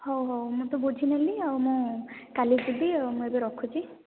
ହଉ ହଉ ମୁଁ ତ ବୁଝିନେଲି ଆଉ ମୁଁ କାଲି ଯିବି ମୁଁ ଏବେ ରଖୁଛି